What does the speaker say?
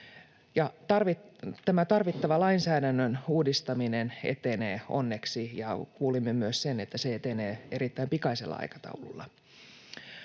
Tämä tarvittava lainsäädännön uudistaminen etenee onneksi, ja kuulimme myös, että se etenee erittäin pikaisella aikataululla.